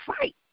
fight